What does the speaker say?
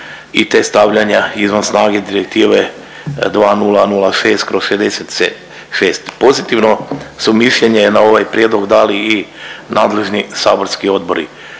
i te stavljanja izvan snage Direktive 2006/66. Pozitivno su mišljenje na ovaj prijedlog dali i nadležni saborski odbori.